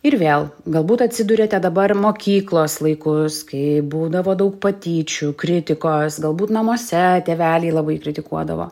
ir vėl galbūt atsiduriate dabar mokyklos laikus kai būdavo daug patyčių kritikos galbūt namuose tėveliai labai kritikuodavo